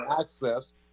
access